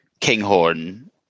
Kinghorn